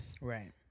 Right